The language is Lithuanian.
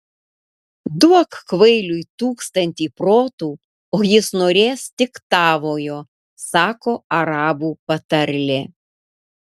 duok kvailiui tūkstantį protų o jis norės tik tavojo sako arabų patarlė